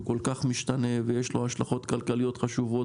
כל כך משתנה ויש לו השלכות כלכליות חשובות,